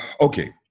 Okay